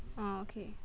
orh okay